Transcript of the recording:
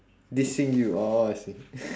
dissing you orh I see